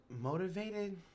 motivated